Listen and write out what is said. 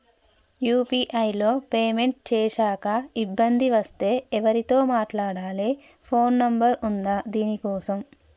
UPI లో payment చేశాక ఇబ్బంది వస్తే ఎవరితో మాట్లాడాలి? ఫోన్ నంబర్ ఉందా దీనికోసం?